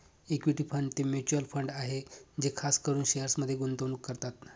equity fund ते mutual fund आहे जे खास करून शेअर्समध्ये गुंतवणूक करतात